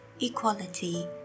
Equality